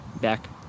back